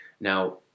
Now